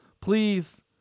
Please